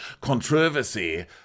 controversy